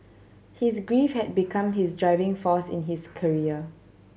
his grief had become his driving force in his career